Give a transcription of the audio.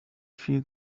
feel